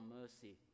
mercy